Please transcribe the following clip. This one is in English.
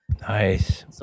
Nice